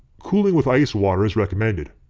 cooling with ice water is recommended.